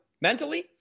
mentally